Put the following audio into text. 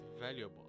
valuable